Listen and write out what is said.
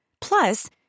Plus